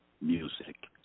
Music